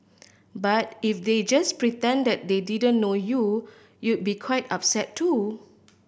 but if they just pretended they didn't know you you be quite upset too